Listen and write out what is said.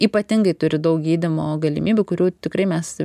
ypatingai turi daug gydymo galimybių kurių tikrai mes